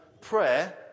prayer